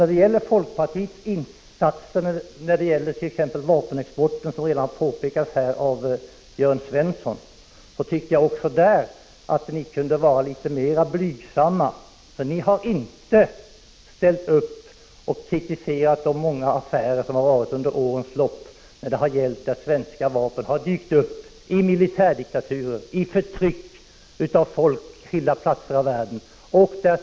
När det gäller folkpartiets insatser i fråga om t.ex. vapenexporten, som redan har påpekats av Jörn Svensson, tycker jag att ni också där kunde vara litet blygsammare. Ni har inte ställt upp och kritiserat de många affärerna under årens lopp. Svenska vapen har dykt upp i militärdiktaturer, i samband med förtryck av folk på skilda platser i världen.